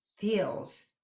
feels